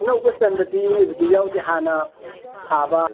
ꯑꯅꯧꯕ ꯆꯟꯕꯗꯤ ꯍꯧꯖꯤꯛ ꯌꯥꯎꯗꯦ ꯍꯥꯟꯅ ꯁꯥꯕ